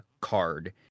card